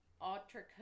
ultra